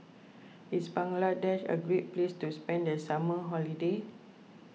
is Bangladesh a great place to spend the summer holiday